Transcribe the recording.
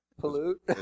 pollute